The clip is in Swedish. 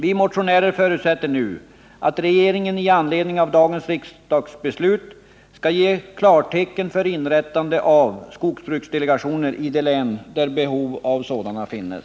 Vi motionärer förutsätter nu att regeringen i anledning av dagens riksdagsbeslut skall ge klartecken för inrättande av skogsbruksdelegationer i de län där behov av sådana finns.